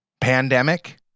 Pandemic